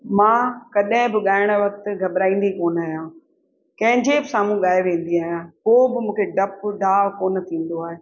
मां कॾहिं बि ॻाइण वक़्तु घबराईंदी कोन आहियां कंहिंजे बि साम्हूं ॻाए वेंदी आहियां पोइ बि मूंखे डपु ॾाउ कोन थींदो आहे